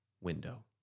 window